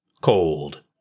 cold